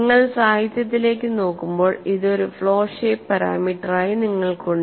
നിങ്ങൾ സാഹിത്യത്തിലേക്ക് നോക്കുമ്പോൾ ഇത് ഒരു ഫ്ലോ ഷേപ്പ് പാരാമീറ്ററായി നിങ്ങൾക്കുണ്ട്